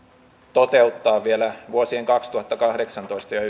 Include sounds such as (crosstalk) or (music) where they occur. toteuttaa vielä vuosien kaksituhattakahdeksantoista ja (unintelligible)